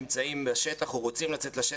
נמצאים בשטח או רוצים לצאת בשטח.